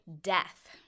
death